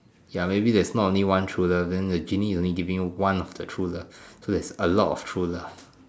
ya maybe there's not only one true love then the genie is only giving you one of the true love so there is a lot of true love